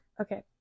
Okay